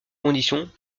conditions